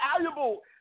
Valuable